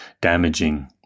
damaging